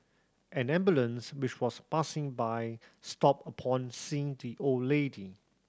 an ambulance which was passing by stopped upon seeing the old lady